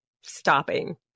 stopping